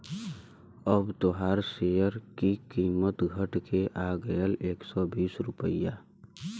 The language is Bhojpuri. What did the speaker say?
अब तोहार सेअर की कीमत घट के आ गएल एक सौ बीस रुपइया